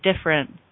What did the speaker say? different